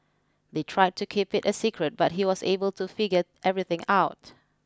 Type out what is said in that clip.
they tried to keep it a secret but he was able to figure everything out